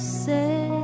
say